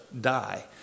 die